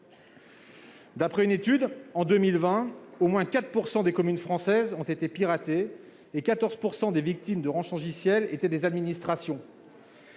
D'après une étude, en 2020, au moins 4 % des communes françaises ont été piratées et 14 % des victimes de rançongiciels étaient des administrations.